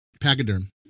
Pachyderm